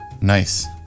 Nice